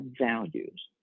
values